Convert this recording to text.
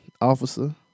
officer